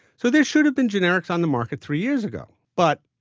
so there should have been generics on the market three years ago. but,